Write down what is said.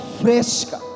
fresca